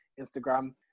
Instagram